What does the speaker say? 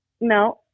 No